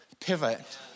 pivot